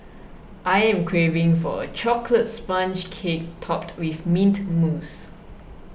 I am craving for a Chocolate Sponge Cake Topped with Mint Mousse